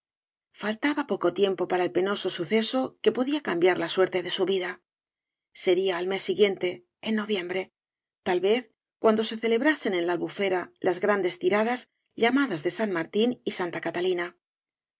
faltaba poco tiempo para el penoso suceso que podía cambiar la suerte de su vida sería al mes siguiente en noviembre tal vez cuando se celebrasen en la albufera las grandes tiradas llamadas de san martín y santa catalina